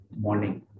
morning